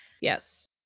yes